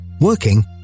working